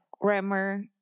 grammar